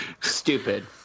Stupid